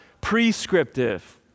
prescriptive